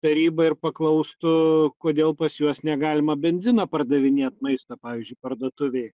tarybą ir paklaustų kodėl pas juos negalima benziną pardavinėt maisto pavyzdžiui parduotuvėj